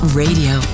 radio